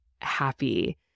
happy